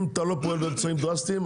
אם אתה לא פועל באמצעים דרסטיים,